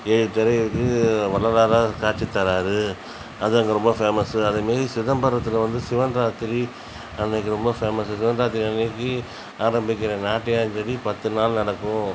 ஏழு திரை இருக்குது வள்ளலாராக காட்சி தரார் அது அங்கே ரொம்ப ஃபேமஸ்ஸு அது மாரி சிதம்பரத்தில் வந்து சிவன் இராத்திரி அன்னிக்கி ரொம்ப ஃபேமஸ்ஸு சிவன் இராத்திரி அன்னிக்கி ஆரம்பத்தில் நாட்டியாஞ்சலி பத்துநாள் நடக்கும்